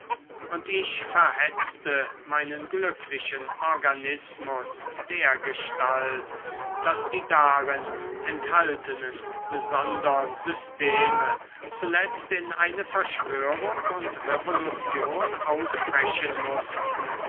und ich verhetzte meinen glücklichen organismus dergestalt daß die darin enthaltenen besondern systeme zuletzt in eine verschwörung und revolution ausbrechen mußten